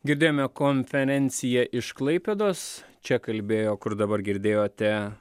girdėjome konferenciją iš klaipėdos čia kalbėjo kur dabar girdėjote